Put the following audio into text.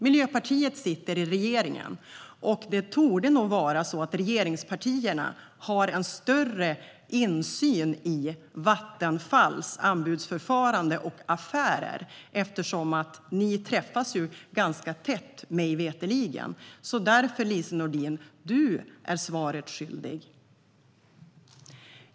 Miljöpartiet sitter i regeringen, och regeringspartierna torde nog ha större insyn i Vattenfalls anbudsförfarande och affärer eftersom ni, mig veterligen, träffas ganska tätt. Därför, Lise Nordin: Du är svaret skyldig!